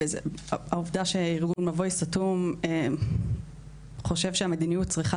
העובדה שארגון מבוי סתום חושב שהמדיניות צריכה